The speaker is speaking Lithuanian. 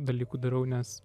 dalykų darau nes